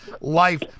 life